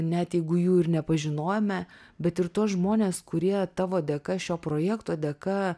net jeigu jų ir nepažinojome bet ir tuos žmones kurie tavo dėka šio projekto dėka